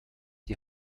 die